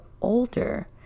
older